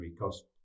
cost